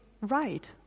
right